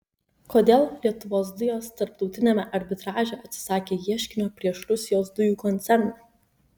kodėl lietuvos dujos tarptautiniame arbitraže atsisakė ieškinio prieš rusijos dujų koncerną